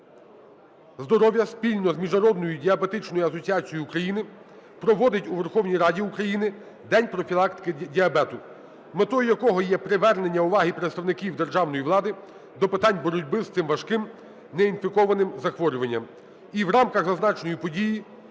здоров'я спільно з Міжнародною діабетичною асоціацією України проводить у Верховній Раді України день профілактики діабету, метою якого є привернення уваги представників державної влади до питань боротьби з цим важким неінфікованим захворюванням.